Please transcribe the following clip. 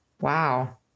Wow